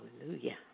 Hallelujah